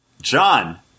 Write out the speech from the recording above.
John